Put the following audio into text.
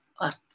earth